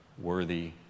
worthy